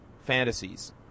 fantasies